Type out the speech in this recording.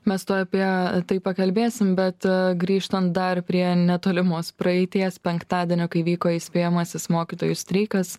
mes tuoj apie tai pakalbėsim bet grįžtant dar prie netolimos praeities penktadienio kai vyko įspėjamasis mokytojų streikas